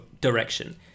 direction